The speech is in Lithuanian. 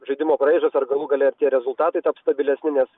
žaidimo braižas ar galų gale ir tie rezultatai taps stabilesni nes